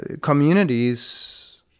Communities